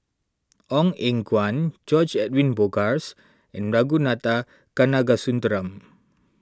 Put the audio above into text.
Ong Eng Guan George Edwin Bogaars and Ragunathar Kanagasuntheram